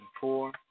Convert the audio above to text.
four